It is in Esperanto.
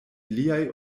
liaj